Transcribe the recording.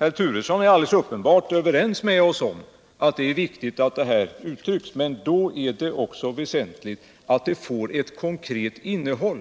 Bo Turesson är uppenbarligen helt överens med oss om att det är viktigt att detta kommer till uttryck, men då är det också väsentligt att det får ett konkret innehåll,